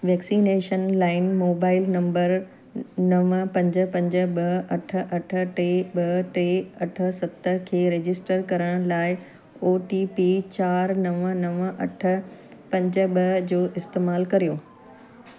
vaccination line mobile number नव पंज पंज ॿ अठ अठ टे ॿ टे अठ सत खे रजिस्टर करण लाए ओटीपी चारि नव नव अठ पंज ॿ जो इस्तेमालु कयो